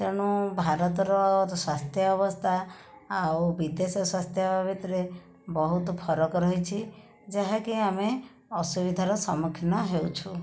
ତେଣୁ ଭାରତର ସ୍ୱାସ୍ଥ୍ୟ ଅବସ୍ଥା ଆଉ ବିଦେଶ ସ୍ୱାସ୍ଥ୍ୟ ଭିତରେ ବହୁତ ଫରକ ରହିଛି ଯାହାକି ଆମେ ଅସୁବିଧାର ସମ୍ମୁଖୀନ ହେଉଛୁ